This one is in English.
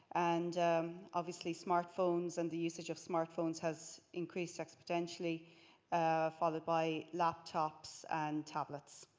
and obviously smartphones and the usage of smartphones has increased exponentially followed by laptops and tablets.